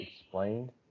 explained